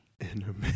Intermittent